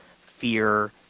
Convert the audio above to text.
fear